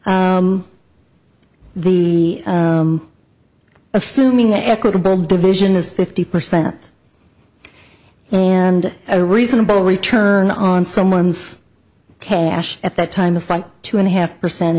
the assuming the equitable division is fifty percent and a reasonable return on someone's cash at that time the site two and a half percent a